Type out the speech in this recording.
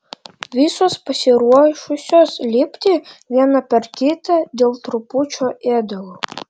visos pasiruošusios lipti viena per kitą dėl trupučio ėdalo